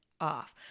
off